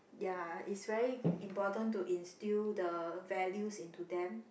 ya is very important to instill the values in to them